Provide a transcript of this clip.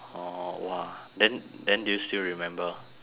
oh !wah! then then do you still remember